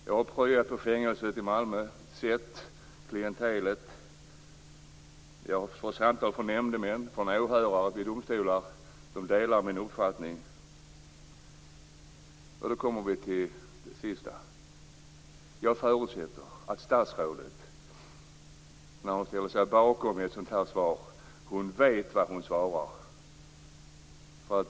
Jag har pryat på fängelset i Malmö och sett det klientelet. Vidare får jag samtal från nämndemän och från åhörare vid domstolar. De delar min uppfattning. Nu kommer jag till det sista: Jag förutsätter att statsrådet, när hon ställer sig bakom ett sådant här svar, vet vad hon svarar.